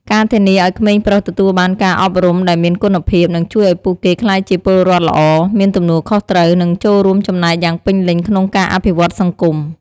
ការធានាឱ្យក្មេងប្រុសទទួលបានការអប់រំដែលមានគុណភាព នឹងជួយឱ្យពួកគេក្លាយជាពលរដ្ឋល្អ មានទំនួលខុសត្រូវ និងចូលរួមចំណែកយ៉ាងពេញលេញក្នុងការអភិវឌ្ឍសង្គម។